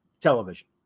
television